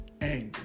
Anger